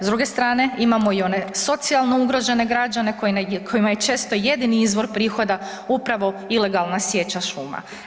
S druge strane, imamo i one socijalno ugrožene građane kojima je često jedini izvor prihoda upravo ilegalna sječa šuma.